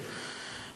קודם כול,